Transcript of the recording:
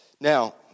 Now